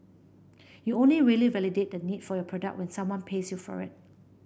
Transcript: you only really validate the need for your product when someone pays you for it